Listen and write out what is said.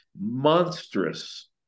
monstrous